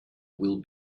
will